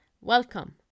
welcome